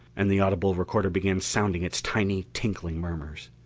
and the audible recorder began sounding its tiny tinkling murmurs.